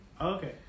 Okay